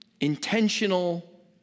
intentional